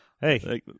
Hey